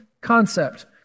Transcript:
concept